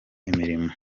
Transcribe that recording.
imirimo